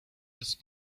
his